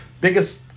biggest